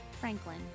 franklin